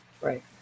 right